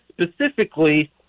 specifically